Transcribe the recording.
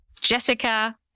Jessica